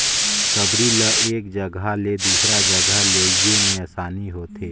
सबरी ल एक जगहा ले दूसर जगहा लेइजे मे असानी होथे